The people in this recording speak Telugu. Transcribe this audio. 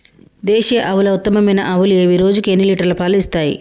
దేశీయ ఆవుల ఉత్తమమైన ఆవులు ఏవి? రోజుకు ఎన్ని లీటర్ల పాలు ఇస్తాయి?